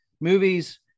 movies